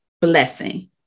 blessing